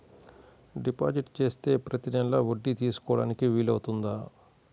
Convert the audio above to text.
Deposit చేస్తే ప్రతి నెల వడ్డీ తీసుకోవడానికి వీలు అవుతుందా?